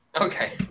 okay